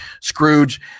Scrooge